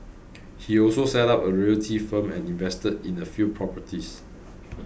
he also set up a realty firm and invested in a few properties